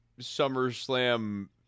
SummerSlam